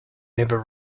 never